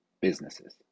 businesses